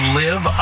live